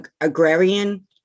agrarian